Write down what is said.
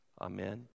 Amen